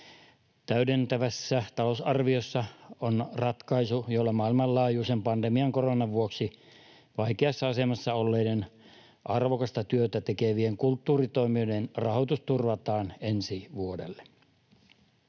Täydentävässä talousarviossa on ratkaisu, jolla maailmanlaajuisen pandemian, koronan, vuoksi vaikeassa asemassa olleiden, arvokasta työtä tekevien kulttuuritoimijoiden rahoitus turvataan ensi vuodelle.